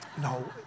No